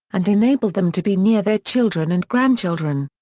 and enabled them to be near their children and grandchildren.